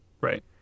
Right